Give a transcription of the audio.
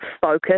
focus